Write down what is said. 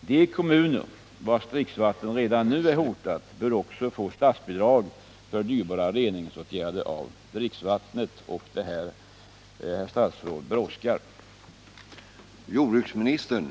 De kommuner, vars dricksvatten redan nu är hotat, bör också få statsbidrag för dyrbara reningsåtgärder av dricksvattnet. Och detta brådskar, herr statsråd.